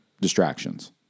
distractions